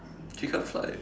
she can't fly